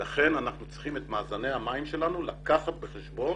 לכן אנחנו צריכים את מאזני המים שלנו לקחת בחשבון